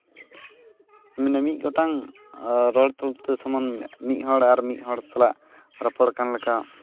ᱢᱟᱱᱮ ᱢᱤᱫ ᱜᱚᱴᱟᱝ ᱨᱚᱲ ᱛᱟᱞᱛᱮ ᱥᱚᱢᱟᱱ ᱢᱤᱫ ᱦᱚᱲ ᱟᱨ ᱢᱤᱫ ᱦᱚᱲ ᱥᱟᱞᱟᱜ ᱨᱚᱯᱚᱲ ᱠᱟᱱ ᱞᱮᱠᱟ